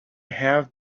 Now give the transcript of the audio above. have